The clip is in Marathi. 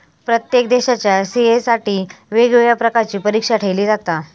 प्रत्येक देशाच्या सी.ए साठी वेगवेगळ्या प्रकारची परीक्षा ठेयली जाता